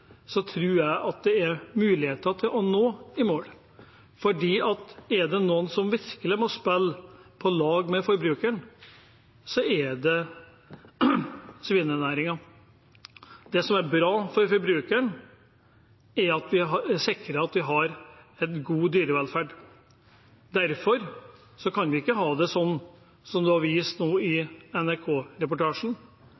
jeg det er muligheter til å nå i mål. For er det noen som virkelig må spille på lag med forbrukeren, er det svinenæringen. Det som er bra for forbrukeren, er at vi sikrer en god dyrevelferd. Derfor kan vi ikke ha det sånn som det ble vist i